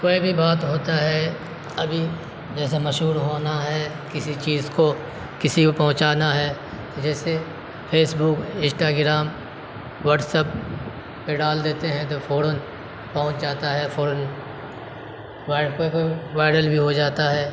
کوئی بھی بات ہوتا ہے ابھی جیسے مشہور ہونا ہے کسی چیز کو کسی کو پہنچانا ہے جیسے فیس بک انسٹاگرام واٹسپ پہ ڈال دیتے ہیں تو فورا پہنچ جاتا ہے فورا وائرل بھی ہو جاتا ہے